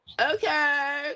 okay